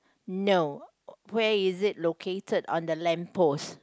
no where is it located on the lamp post